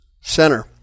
Center